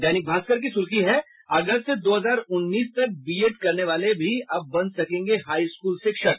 दैनिक भास्कर की सुर्खी है अगस्त दो हजार उन्नीस तक बीएड करने वाले भी अब बन सकेंगे हाई स्कूल शिक्षक